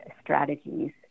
strategies